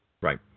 Right